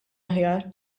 aħjar